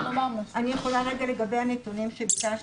אני יכולה רגע לגבי הנתונים שביקשתם,